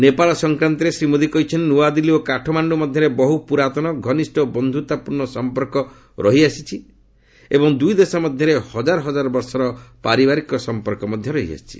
ନେପାଳ ସଂକ୍ରାନ୍ତରେ ଶ୍ରୀ ମୋଦି କହିଛନ୍ତି ନୂଆଦିଲ୍ଲୀ ଓ କାଠମାଣ୍ଡୁ ମଧ୍ୟରେ ବହୁ ପୁରାତନ ଘନିଷ୍ଠ ଓ ବନ୍ଧୁତାପୂର୍ଣ୍ଣ ସଂପର୍କ ରହିଆସିଛି ଏବଂ ଦୁଇଦେଶ ମଧ୍ୟରେ ହଜାର ହଜାର ବର୍ଷର ପାରିବାରିକ ସଂପର୍କ ମଧ୍ୟ ରହିଆସିଛି